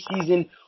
season